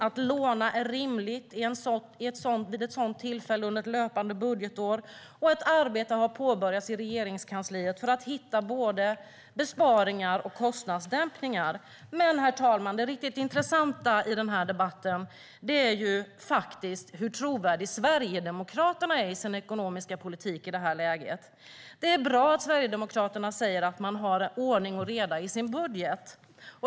Att låna är rimligt vid ett sådant tillfälle under ett löpande budgetår, och ett arbete har påbörjats i Regeringskansliet för att hitta både besparingar och kostnadsdämpningar. Herr talman! Det riktigt intressant i debatten är dock hur trovärdiga Sverigedemokraterna är i sin ekonomiska politik i detta läge. Det är bra att Sverigedemokraterna säger att man har ordning och reda i sin budget.